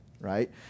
right